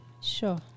Sure